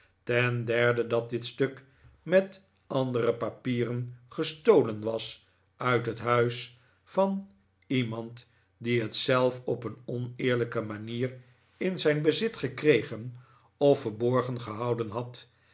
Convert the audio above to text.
ten derde dat dit stuk met andere papieren gestolen was uit het huis van iemand die het zelf op een oneerlijke manier in zijn bezit gekregen of verborgen gehouden had